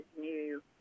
new